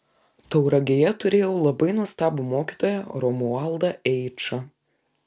tauragėje turėjau labai nuostabų mokytoją romualdą eičą